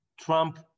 Trump